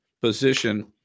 position